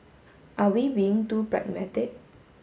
are we being too pragmatic